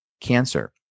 cancer